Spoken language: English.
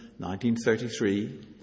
1933